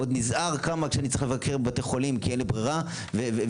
עוד נזהר בכמה שאני צריך לבקר בבתי חולים כי אין לי ברירה ומתרחק.